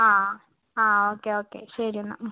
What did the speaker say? ആ ആ okay okay ശരി എന്നാൽ